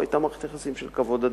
היתה מערכת יחסים של כבוד הדדי.